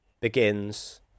begins